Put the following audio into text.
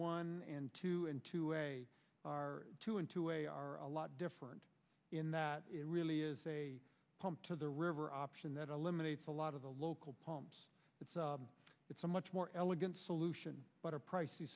one and two and two are two into a are a lot different in that it really is a pump to the river option that eliminates a lot of the local pumps but it's a much more elegant solution but a pricey